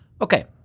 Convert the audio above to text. Okay